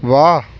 ਵਾਹ